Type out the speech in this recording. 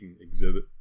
exhibit